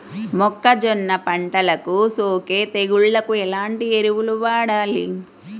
మొక్కజొన్న పంటలకు సోకే తెగుళ్లకు ఎలాంటి ఎరువులు వాడాలి?